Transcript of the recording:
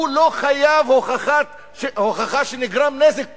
לא חייב להביא הוכחה שנגרם נזק כלשהו.